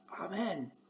Amen